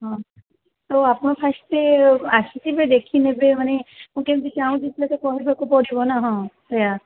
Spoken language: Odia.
ହଁ ତ ଆପଣ ଫାଷ୍ଟ ଆସିକି ଏବେ ଦେଖି ନେବେ ମାନେ ମୁଁ କେମିତି ଚାହୁଁଛି ସେଇଟା କହିବାକୁ ପଡ଼ିବ ନା ହଁ ସେଇଆ